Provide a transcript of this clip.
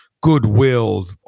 goodwill